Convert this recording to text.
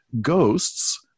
ghosts